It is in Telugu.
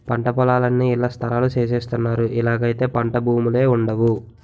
పంటపొలాలన్నీ ఇళ్లస్థలాలు సేసస్తన్నారు ఇలాగైతే పంటభూములే వుండవు